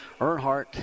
Earnhardt